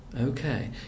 okay